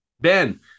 Ben